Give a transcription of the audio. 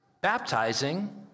baptizing